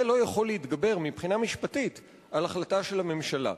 זה לא יכול לגבור מבחינה משפטית על החלטה של הממשלה,